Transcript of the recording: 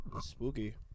Spooky